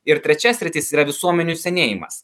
ir trečia sritis yra visuomenių senėjimas